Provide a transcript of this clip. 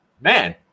man